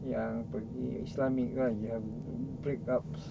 yang pergi islamic you have break ups